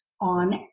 on